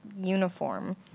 uniform